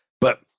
But-